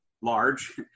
large